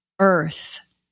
earth